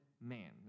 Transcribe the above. man